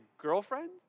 girlfriend